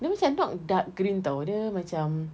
dia macam not dark green [tau] dia macam